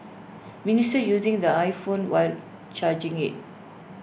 minister using the iPhone while charging IT